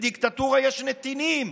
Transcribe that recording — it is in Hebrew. בדיקטטורה יש נתינים